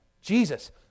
Jesus